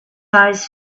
eyes